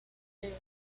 esta